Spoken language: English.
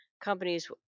companies